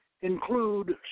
include